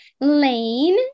Lane